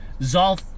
Zolf